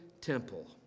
temple